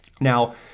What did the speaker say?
Now